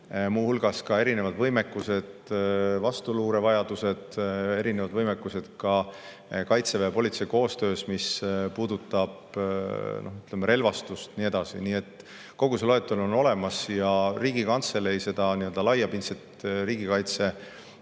hulgas erinevad võimekused, vastuluurevajadused, erinevad võimekused ka Kaitseväe ja politsei koostöös, mis puudutab relvastust ja nii edasi. Kogu see loetelu on olemas ja Riigikantselei seda laiapindset riigikaitse